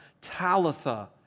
Talitha